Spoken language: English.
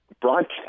broadcast